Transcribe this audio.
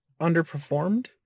underperformed